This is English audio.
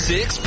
Six